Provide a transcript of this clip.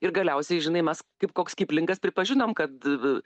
ir galiausiai žinai mes kaip koks kaiplinkas pripažinom kad